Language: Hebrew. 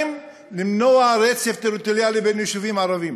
למנוע רצף טריטוריאלי בין יישובים ערביים,